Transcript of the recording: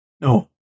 No